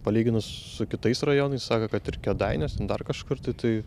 palyginus su kitais rajonais sako kad ir kėdainiuos ten dar kažkur tai tai